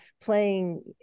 playing